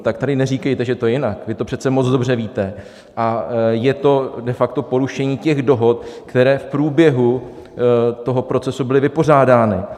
Tak tady neříkejte, že to je jinak, vy to přece moc dobře víte, a je to de facto porušení dohod, které v průběhu toho procesu byly vypořádány.